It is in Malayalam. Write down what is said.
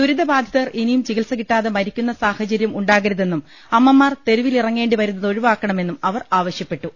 ദുരിതബാധിതർ ഇനിയും ചികിത്സകി ട്ടാതെ മരിക്കുന്ന സാഹചര്യം ഉണ്ടാകരുതെന്നും അമ്മമാർ തെരുവിലിറ ങ്ങേണ്ടി വരുന്നത് ഒഴിവാക്കണമെന്നും അവർ ആവശ്യപ്പെട്ടു